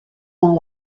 dans